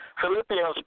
Philippians